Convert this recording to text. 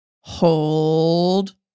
Hold